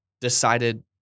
decided